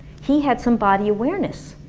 he had some body awareness.